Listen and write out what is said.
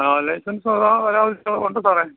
ആ ലൈസൻസ്സൊള്ള ഒരാഴ്ച്ച ഉണ്ട് സാറെ